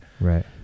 Right